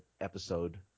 episode